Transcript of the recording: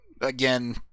Again